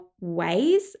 ways